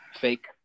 fake